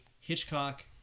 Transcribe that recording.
Hitchcock